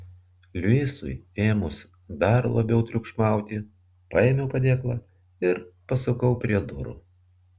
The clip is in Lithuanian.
luisui ėmus dar labiau triukšmauti paėmiau padėklą ir pasukau prie durų